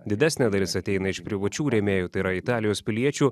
didesnė dalis ateina iš privačių rėmėjų tai yra italijos piliečių